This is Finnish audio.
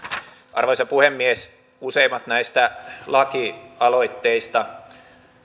arvoisa puhemies useimmat näistä lakialoitteista